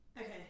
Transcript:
Okay